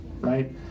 Right